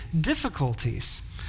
difficulties